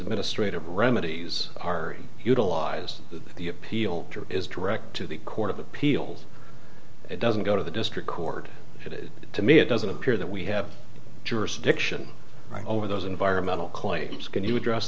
administrative remedies are utilized the appeal is direct to the court of appeals it doesn't go to the district court it is to me it doesn't appear that we have jurisdiction over those environmental claims can you address